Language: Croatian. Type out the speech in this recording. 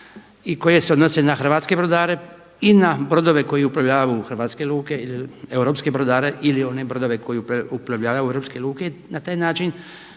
i koje se odnose na hrvatske brodare i na brodove koji uplovljavaju u hrvatske luke, europske brodare ili one brodove koji uplovljavaju u europske luke. Na taj način